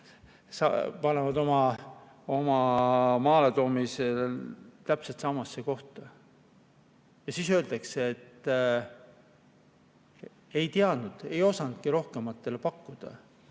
panevad oma [testide] maaletoomise [kirja] täpselt samasse kohta. Ja siis öeldakse, et ei teadnud, ei osanudki rohkematele pakkuda!